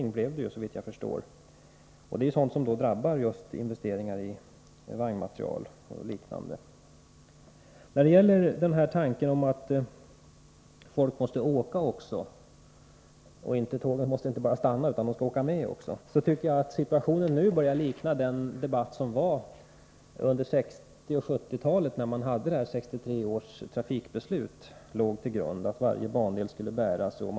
Det blev, såvitt jag förstår, en faktisk sänkning som drabbar investeringar i vagnmateriel och liknande. När det gäller tanken att tågen inte bara måste stanna utan att folk också verkligen måste åka med tågen tycker jag att situationen nu börjar likna den man hade under 1960 och 1970-talen, då 1963 års trafikbeslut om att varje bandel måste bära sig låg till grund för SJ:s handlande.